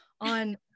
on